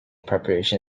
preparation